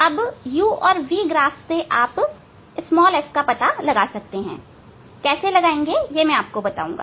इस u v graph से आप f का आकलन लगा सकते हैं आप कैसे आकलन करेंगे मैं आपको बताऊंगा